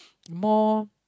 more